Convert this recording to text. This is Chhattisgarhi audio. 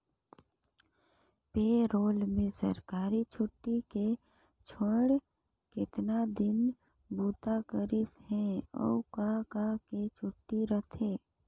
पे रोल में सरकारी छुट्टी के छोएड़ केतना दिन बूता करिस हे, अउ का का के छुट्टी रथे